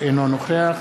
אינו נוכח